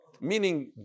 meaning